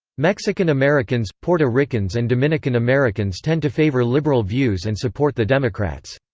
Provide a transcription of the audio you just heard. mexican americans, puerto ricans and dominican americans tend to favor liberal views and support the democrats.